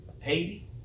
Haiti